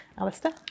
Alistair